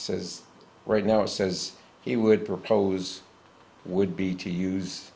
says right now it says he would propose would be to use